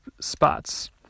spots